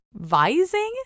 vising